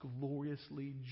gloriously